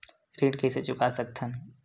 ऋण कइसे चुका सकत हन?